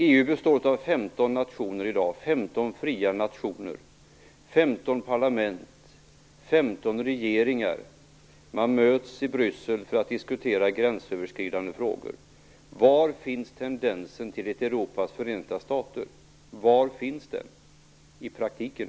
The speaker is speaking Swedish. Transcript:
EU består i dag av 15 nationer, 15 fria nationer, 15 parlament och 15 regeringar, som möts i Bryssel för att diskutera gränsöverskridande frågor. Var finns tendensen till ett Europas förenta stater? Var finns den i praktiken?